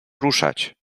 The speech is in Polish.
ruszać